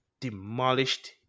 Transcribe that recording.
demolished